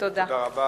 תודה.